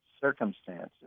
circumstances